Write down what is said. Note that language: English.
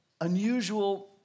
unusual